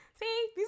See